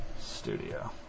Studio